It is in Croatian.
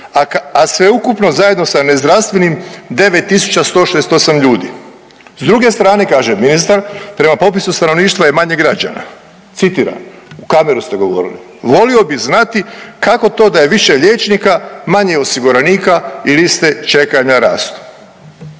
a sveukupno zajedno sa nezdravstvenim 9.168 ljudi. S druge strane kaže ministar prema popisu stanovništva je manje građana, citiram, u kameru ste govorili, volio bi znati kako to da je više liječnika, manje osiguranika i liste čekanja rastu,